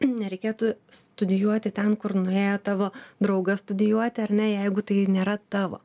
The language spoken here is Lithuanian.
nereikėtų studijuoti ten kur nuėjo tavo draugas studijuoti ar ne jeigu tai nėra tavo